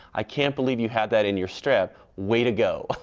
i can't believe you had that in your strip, way to go.